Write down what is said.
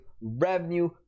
revenue